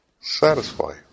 satisfy